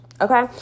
okay